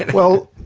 well,